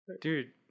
Dude